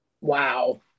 Wow